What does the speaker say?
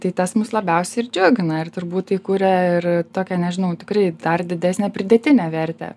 tai tas mus labiausiai ir džiugina ir turbūt tai kuria ir tokią nežinau tikrai dar didesnę pridėtinę vertę